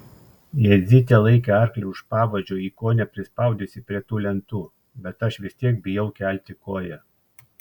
jadzytė laikė arklį už pavadžio jį kone prispaudusi prie tų lentų bet aš vis tiek bijau kelti koją